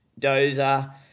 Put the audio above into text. dozer